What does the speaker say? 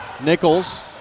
Nichols